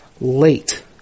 late